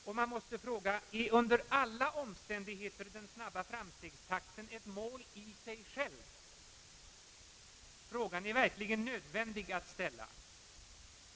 Man måste vidare fråga: Är under alla omständigheter den snabba framstegstakten ett mål i sig självt? Frågan är verkligen nödvändig att ställa.